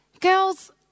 Girls